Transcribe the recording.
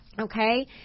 okay